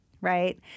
Right